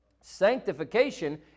Sanctification